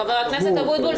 חבר הכנסת אבוטבול,